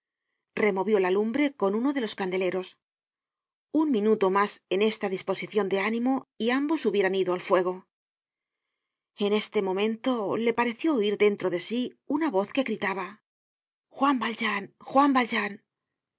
removió la lumbre con uno de los candeleros un minuto mas en esta disposicion de ánimo y ambos hubieran ido al fuego en este momento le pareció oir dentro de sí una voz que gritaba juan valjean juan